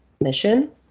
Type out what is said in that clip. mission